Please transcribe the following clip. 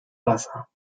wasser